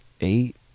eight